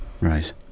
right